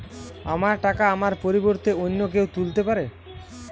আমার টাকা আমার পরিবর্তে অন্য কেউ তুলতে পারবে?